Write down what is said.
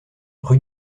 rue